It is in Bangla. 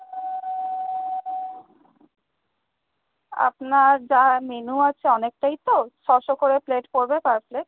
আপনার যা মেনু আছে অনেকটাই তো ছশো করে প্লেট পড়বে পার প্লেট